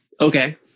Okay